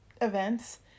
events